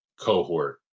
cohort